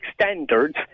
standards